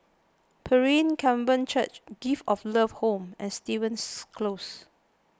Pilgrim Covenant Church Gift of Love Home and Stevens Close